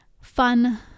fun